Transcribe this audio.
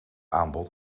aanbod